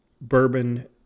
bourbon